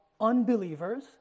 unbelievers